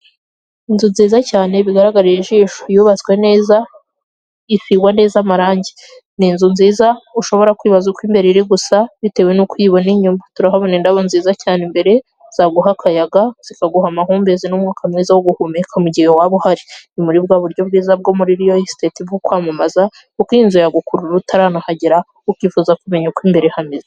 Inzu nziza cyane bigaragarira ijisho, yubatswe neza, isigwa neza amarangi, ni inzu nziza ushobora kwibaza uko imbere iri gusa bitewe nuko uyibona inyuma, turahabona indabo nziza cyane imbere zaguha akayaga, zikaguha amahumbezi n'umwuka mwiza wo guhumeka mu gihe waba uhari, ni muri bwa buryo bwiza bwo muri riyo isiteti bwo kwamamaza kuko iyi inzu yagukurura utaranahagera ukifuza kumenya uko imbere hameze.